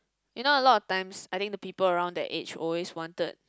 you know a lot of times I think the people around that age always wanted